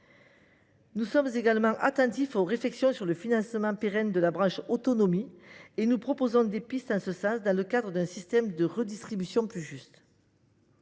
Nous sommes également attentifs aux réflexions sur le financement pérenne de la branche autonomie. Nous proposons des pistes en ce sens, dans le cadre d’un système de redistribution plus juste.